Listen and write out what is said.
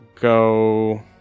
go